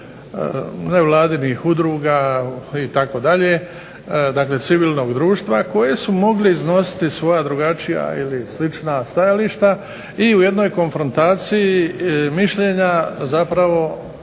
nevladinih udruga itd. dakle civilnog društva koje su mogle iznositi svoja drugačija ili slična stajališta i u jednoj konfrontaciji mišljenja zapravo